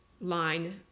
line